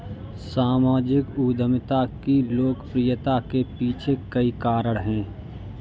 सामाजिक उद्यमिता की लोकप्रियता के पीछे कई कारण है